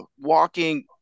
walking